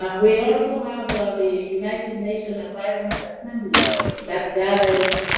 ah we also have the united nations environment assembly that gathers